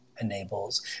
enables